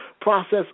process